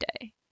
day